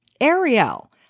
Ariel